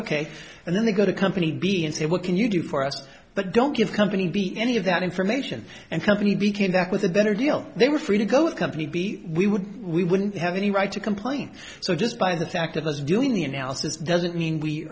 ok and then they go to company b and say what can you do for us but don't give company b any of that information and company b came back with a better deal they were free to go with company b we would we wouldn't have any right to complain so just by the fact of us doing the analysis doesn't mean we